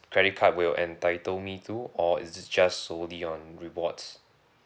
credit card will entitle me to or is it just solely on rewards